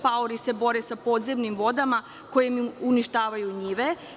Paori se bore sa podzemnim vodama, koje im uništavaju njive.